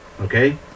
okay